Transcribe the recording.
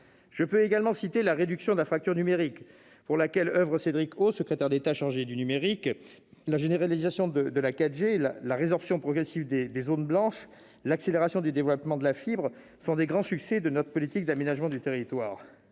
Je peux aussi citer la fracture numérique, pour laquelle oeuvre Cédric O, secrétaire d'État chargé du numérique. La généralisation de la 4G, la résorption progressive des zones blanches et l'accélération du déploiement de la fibre sont des grands succès de notre politique d'aménagement du territoire.